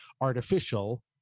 artificial